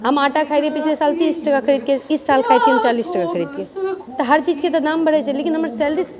हम आटा खाइ रहिऐ पिछले साल तीस टाका खरीदके इस साल खाए छिऐ हम चालीस टके खरीदके तऽ हर चीजके तऽ दाम बढ़ै छै लेकिन हमर सैलरी